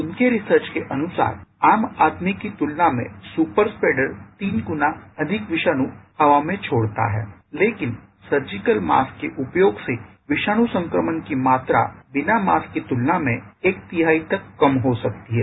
उनके रिसर्च को अनुसार आम आदमी की तुलना में सुपर स्प्रेडर तीन गुना अधिक विषाणु हवा में छोडता है लेकिन सर्जिकल मास्क के उपयोग से विषाणु संक्रमण की मात्रा बिना मास्क की तुलना में एक तिहाई तक कम हो सकती है